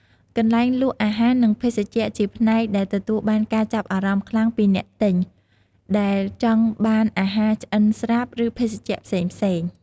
កន្លែងលក់អាហារ និងភេសជ្ជៈជាផ្នែកដែលទទួលបានការចាប់អារម្មណ៍ខ្លាំងពីអ្នកទិញ ដែលចង់បានអាហារឆ្អិនស្រាប់ ឬភេសជ្ជៈផ្សេងៗ។